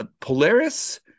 polaris